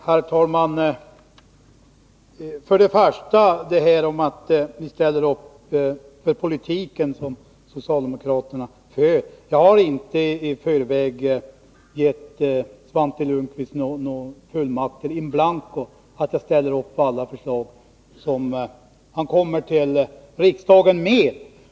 Fru talman! Beträffande att vi skulle ställa upp för den politik som socialdemokraterna för: Jag har inte i förväg gett Svante Lundkvist någon fullmakt in blanko att jag skall ställa upp på alla förslag som han kommer till riksdagen med.